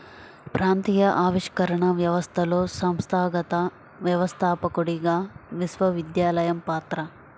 ప్రాంతీయ ఆవిష్కరణ వ్యవస్థలో సంస్థాగత వ్యవస్థాపకుడిగా విశ్వవిద్యాలయం పాత్ర